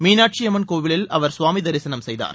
மீனாட்சியம்மன் கோயிலில் அவர் ஸ்வாமி தரிசனம் செய்தார்